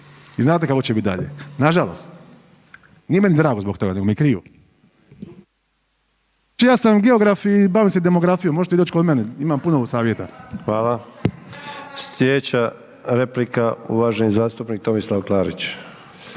i znate kako će bit dalje. Nažalost, nije meni drago zbog toga, nego mi je krivo. Bio sam biograf i bavim se demografijom, možete vi doć kod mene, imam puno savjeta. **Sanader, Ante (HDZ)** Hvala. Slijedeća replika uvaženi zastupnik Tomislav Klarić.